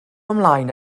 ymlaen